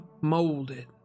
molded